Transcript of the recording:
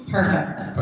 Perfect